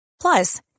Plus